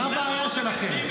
מה הבעיה שלכם?